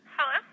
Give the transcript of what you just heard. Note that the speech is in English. Hello